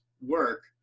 work